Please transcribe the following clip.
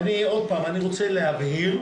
אני רוצה להראות